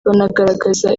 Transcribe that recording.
banagaragaza